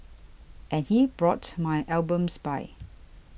and he brought my albums by